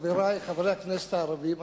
חברי חברי הכנסת הערבים,